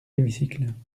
hémicycle